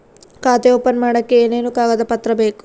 ಖಾತೆ ಓಪನ್ ಮಾಡಕ್ಕೆ ಏನೇನು ಕಾಗದ ಪತ್ರ ಬೇಕು?